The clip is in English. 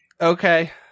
Okay